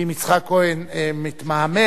ואם יצחק כהן מתמהמה,